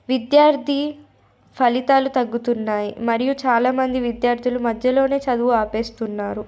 విద్యార్థి ఫలితాలు తగ్గుతున్నాయి మరియు చాలామంది విద్యార్థులు మధ్యలోనే చదువు ఆపేస్తున్నారు